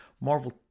Marvel